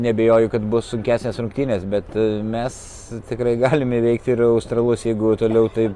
neabejoju kad bus sunkesnės rungtynės bet mes tikrai galim įveikti ir australus jeigu toliau taip